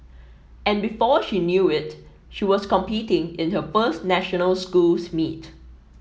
and before she knew it she was competing in her first national schools meet